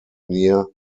near